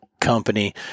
company